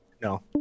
No